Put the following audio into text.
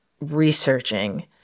researching